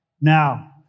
Now